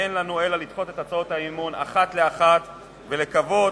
אין לנו אלא לדחות את הצעות האי-אמון אחת לאחת ולקוות